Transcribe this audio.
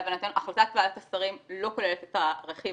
אבל החלטת ועדת השרים לא כוללת את הרכיב